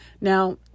Now